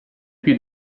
più